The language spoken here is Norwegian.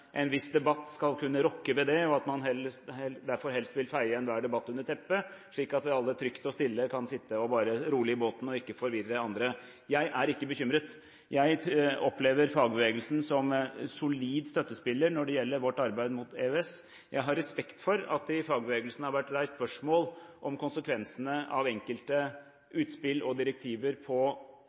en viss debatt skal kunne rokke ved det, og at man derfor helst vil feie enhver debatt under teppet, slik at vi alle trygt og stille bare kan sitte rolig i båten og ikke forvirre andre. Jeg er ikke bekymret. Jeg opplever fagbevegelsen som solid støttespiller når det gjelder vårt arbeid mot EØS. Jeg har respekt for at det i fagbevegelsen har vært reist spørsmål om konsekvensene av enkelte utspill og direktiver